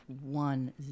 one